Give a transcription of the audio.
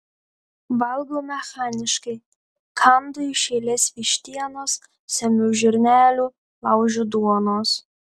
valgau mechaniškai kandu iš eilės vištienos semiu žirnelių laužiu duonos